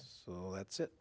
s that's it